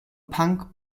punk